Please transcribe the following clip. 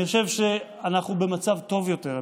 אני חושב שאנחנו במצב טוב יותר.